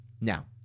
Now